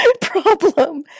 problem